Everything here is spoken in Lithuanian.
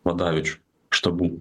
vadaviečių štabų